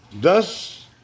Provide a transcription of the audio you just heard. Thus